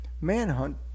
Manhunt